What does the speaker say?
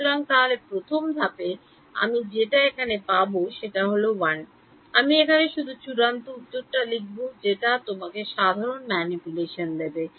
সুতরাং তাহলে প্রথম ধাপে আমি যেটা এখানে পাব সেটা হলো 1 আমি এখানে শুধু চূড়ান্ত উত্তরটা লিখব যেটা তোমাকে সাধারণ manipulation দেবে